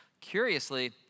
Curiously